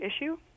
issue